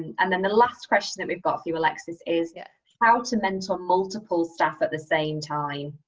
and then the last question that we've got for you alexis is yeah how to mentor multiple staff at the same time,